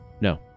No